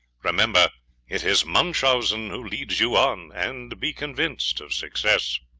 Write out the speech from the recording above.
remember it is munchausen who leads you on, and be convinced of success.